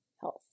health